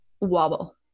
wobble